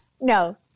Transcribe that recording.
no